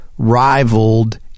rivaled